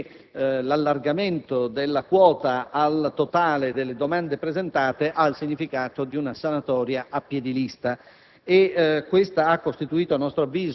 di una sanatoria di fatto, perché l'allargamento della quota al totale delle domande presentate ha il significato di una sanatoria a piè di lista.